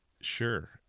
Sure